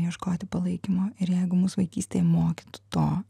ieškoti palaikymo ir jeigu mus vaikystėje mokytu to